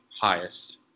highest